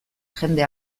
jende